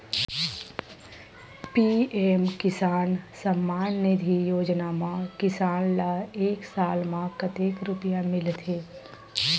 PM Kisan सम्मान निधी योजना म किसान ल एक साल म कतेक रुपिया मिलथे?